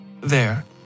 There